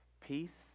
peace